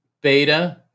beta